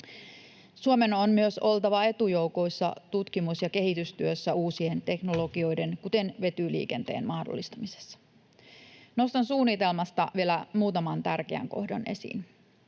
Suomen on myös oltava etujoukoissa tutkimus- ja kehitystyössä uusien teknologioiden, kuten vetyliikenteen, mahdollistamisessa. Nostan suunnitelmasta vielä muutaman tärkeän kohdan esiin.